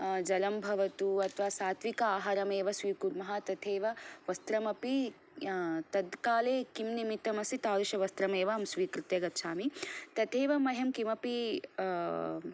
जलं भवतु अथवा सात्विक आहारं एव स्वीकुर्मः तथैव वस्त्रमपि तद् काले किं निमित्तम् अस्ति तादृश वस्त्रम् एव अहं स्वीकृत्य गच्छामि तथैव मह्यं किमपि